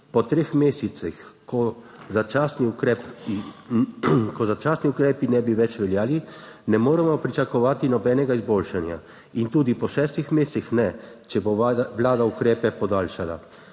po treh mesecih, ko začasni ukrepi ne bi več veljali, ne moremo pričakovati nobenega izboljšanja, in tudi po šestih mesecih ne, če bo vlada ukrepe podaljšala.